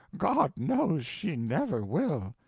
god knows she never will!